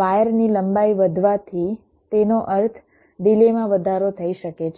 વાયરની લંબાઈ વધવાથી તેનો અર્થ ડિલે માં વધારો થઈ શકે છે